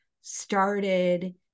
started